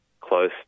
close